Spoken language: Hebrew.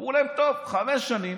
אמרו להם: טוב, חמש שנים.